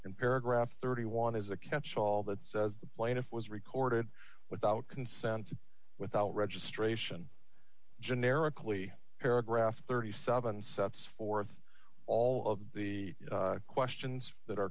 in paragraph thirty one is a catchall that says the plaintiff was recorded without consent without registration generically paragraph thirty seven sets forth all of the questions that are